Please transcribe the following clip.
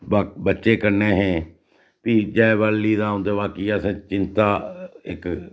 बाकी बच्चे कन्नै हे फ्ही जै वैली दा औंदे बक्खी असें चिंता इक